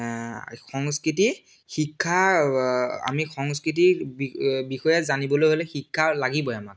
সংস্কৃতি শিক্ষা আমি সংস্কৃতি বিষয়ে জানিবলৈ হ'লে শিক্ষা লাগিবই আমাক